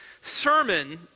sermon